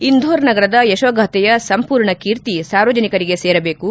ಇಂಧೋರ್ ನಗರದ ಯಶೋಗಾಥೆಯ ಸಂಪೂರ್ಣ ಕೀರ್ತಿ ಸಾರ್ವಜನಿಕರಿಗೆ ಸೇರಬೇಕು